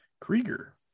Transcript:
Krieger